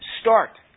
start